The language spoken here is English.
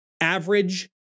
average